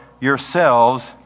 yourselves